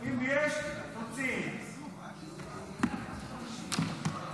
אני רוצה לדבר לגבי מה שקרה בנגב שלשום.